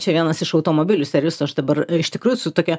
čia vienas iš automobilių servisų aš dabar iš tikrųjų su tokia